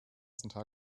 ganzen